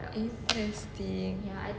interesting